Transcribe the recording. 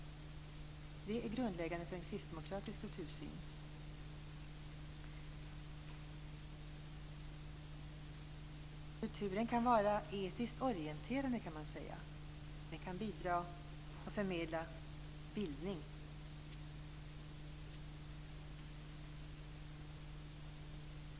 Det är grundläggande för en kristdemokratisk kultursyn. Kulturen kan vara etiskt orienterande, kan man säga. Den kan bidra till och förmedla bildning.